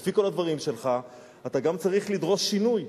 לפי כל הדברים שלך אתה גם צריך לדרוש שינוי.